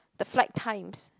the flight times